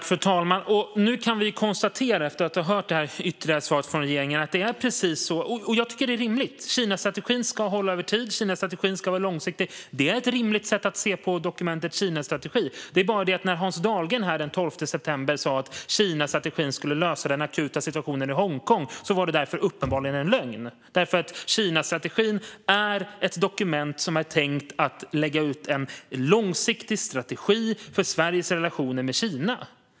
Fru talman! Vi kan nu, efter att ha hört detta ytterligare svar från regeringen, konstatera att det är precis så. Och jag tycker att det är rimligt. Kinastrategin ska hålla över tid, och Kinastrategin ska vara långsiktig. Det är ett rimligt sätt att se på dokumentet om Kinastrategin. Det är bara det att när Hans Dahlgren den 12 september sa att Kinastrategin skulle lösa den akuta situationen i Hongkong var det uppenbarligen en lögn. Kinastrategin är ett dokument som är tänkt att lägga ut en långsiktig strategi för Sveriges relationer med Kina.